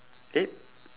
eight